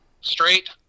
straight